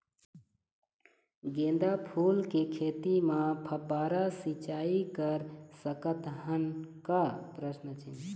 गेंदा फूल के खेती म फव्वारा सिचाई कर सकत हन का?